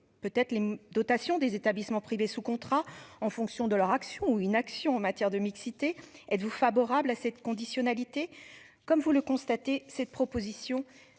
peut-être les dotations des établissements privés sous contrat en fonction de leur action ou inaction en matière de mixité, êtes-vous favorable à cette conditionnalité comme vous le constatez, cette proposition